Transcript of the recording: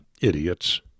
idiots